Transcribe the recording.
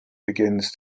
begins